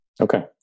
Okay